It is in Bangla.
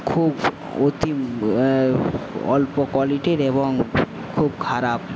খুব অতি অল্প কোয়ালিটির এবং খুব খারাপ